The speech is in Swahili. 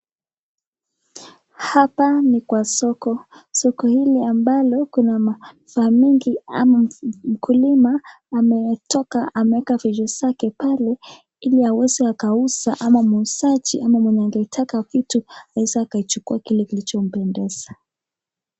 Hapa ni kwa soko, soko hili ambalo kuna mazao mengi ama mkulima ametoka ameweka vitu zake pale ili aweze akuuza ama muuzaji ama anayetaka kitu aweze kuchukua kile kilichmpendeza.